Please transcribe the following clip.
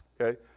Okay